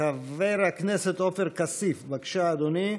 חבר הכנסת עופר כסיף, בבקשה אדוני.